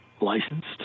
licensed